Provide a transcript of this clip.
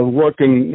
working